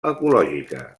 ecològica